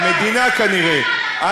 המדינה כנראה,